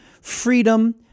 freedom